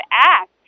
act